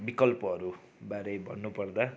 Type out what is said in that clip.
विकल्पहरूबारे भन्नुपर्दा